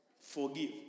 Forgive